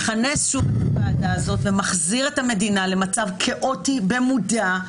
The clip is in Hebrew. אתה מכנס שוב את הוועדה הזאת ומחזיר את המדינה למצב כאוטי במודע,